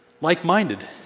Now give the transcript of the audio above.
like-minded